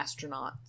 astronauts